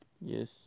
Yes